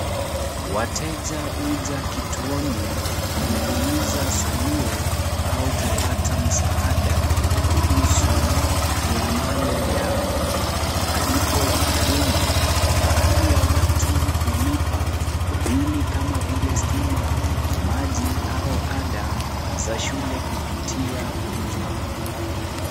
Wateja huja kituoni, kuuliza salio au kupata msaada kuhusu miamalo yao. Malipo ya huduma, baadhi ya watu hulipa bili kama vile stima, maji au ada za shule kupitia huduma.